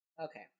Okay